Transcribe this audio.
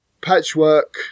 Patchwork